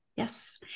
Yes